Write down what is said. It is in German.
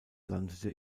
landete